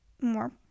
more